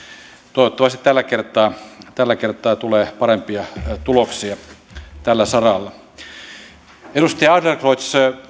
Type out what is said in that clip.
toivottavasti tällä kertaa tällä kertaa tulee parempia tuloksia tällä saralla edustaja adlercreutz